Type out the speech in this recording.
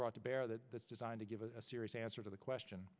brought to bear that that's designed to give a serious answer to the question